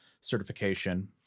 certification